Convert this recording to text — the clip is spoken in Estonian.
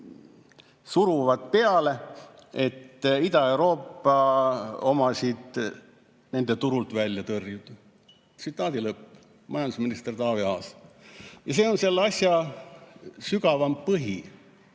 suruvad peale, et Ida-Euroopa omasid oma turult välja tõrjuda. Majandusminister Taavi Aas. See on selle asja sügavam põhi.